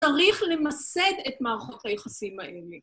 ‫צריך למסד את מערכות היחסים האלה.